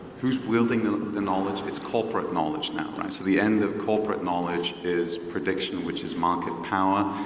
who's wielding the knowledge, it's corporate knowledge now. so the end of corporate knowledge is prediction, which is marketing power,